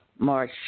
March